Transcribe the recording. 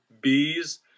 bees